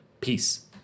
Peace